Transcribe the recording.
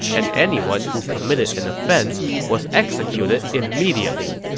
and anyone who committed an offense was executed immediately.